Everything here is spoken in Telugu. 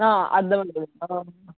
ఆ అర్ధమైంది